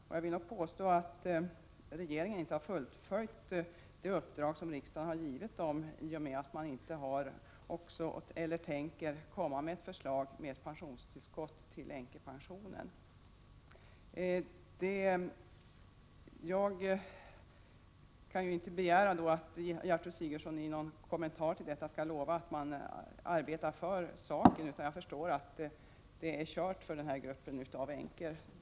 Om tilläggsdirektiv till Regeringen har inte fullföljt det uppdrag som riksdagen har givit den, äng der eftersom regeringen inte tänker komma med förslag om ett pensionstillskott BIrebnUngenanE ofödda barnet Jag kan inte begära att Gertrud Sigurdsen i någon kommentar till detta skall lova att arbeta för saken, utan jag förstår att den här gruppen änkor inte har någon chans.